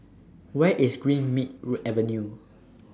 Where IS Greenmead Avenue